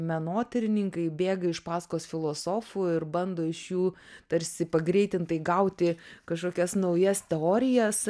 menotyrininkai bėga iš paskos filosofų ir bando iš jų tarsi pagreitintai gauti kažkokias naujas teorijas